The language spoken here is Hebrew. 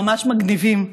ממש מגניבים.